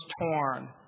torn